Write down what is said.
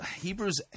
Hebrews